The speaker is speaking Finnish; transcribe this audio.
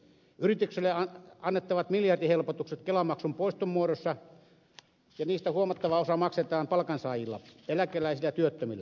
yrityksille annetaan kelamaksun poiston muodossa miljardihelpotuksia joista huomattava osa maksatetaan palkansaajilla eläkeläisillä ja työttömillä